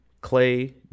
Clay